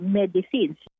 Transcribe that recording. medicines